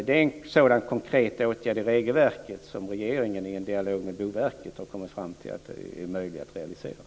Det är en konkret åtgärd i regelverket som regeringen, i en dialog med Boverket, har kommit fram till är möjlig att realisera.